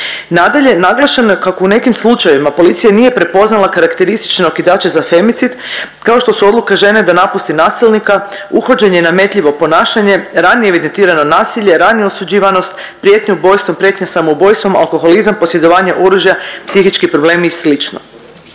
Nadalje, naglašeno je kako u nekim slučajevima policija nije prepoznala karakteristične okidače za femicid kao što su odluka žene da napusti nasilnika, uhođenje nametljivog ponašanja, ranije evidentirano nasilje, ranija osuđivanost, prijetnje ubojstvom, prijetnje samoubojstvom, alkoholizam, posjedovanje oružja, psihički problemi i